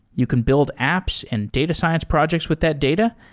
you can build apps and data science projects with that data.